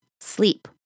sleep